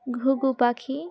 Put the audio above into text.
ঘুঘু পাখি